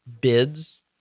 bids